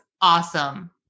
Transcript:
awesome